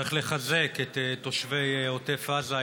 צריך לחזק את תושבי עוטף עזה.